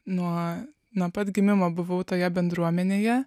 nuo nuo pat gimimo buvau toje bendruomenėje